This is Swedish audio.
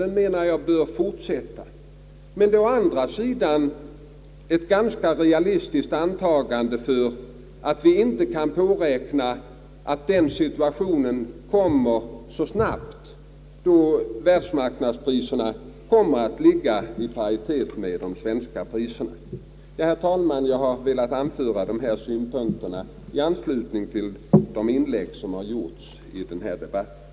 Den politiken anser jag bör fortsättas, men det är å andra sidan ett ganska realistiskt antagande att vi inte kan påräkna att den situationen inträffar så snart då världsmarknadspriserna ligger i paritet med de svenska priserna. Jag har, herr talman, velat anföra dessa synpunkter i anslutning till de inlägg som har gjorts under den här debatten.